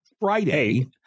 Friday